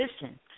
listen